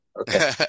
Okay